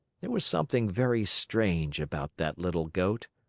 there was something very strange about that little goat.